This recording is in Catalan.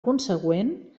consegüent